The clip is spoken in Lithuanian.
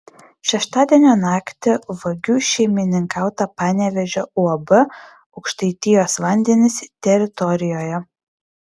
šeštadienio naktį vagių šeimininkauta panevėžio uab aukštaitijos vandenys teritorijoje